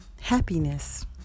happiness